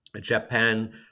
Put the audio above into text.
Japan